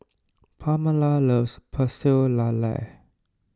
Pamala loves Pecel Lele